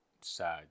sad